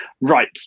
Right